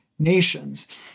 nations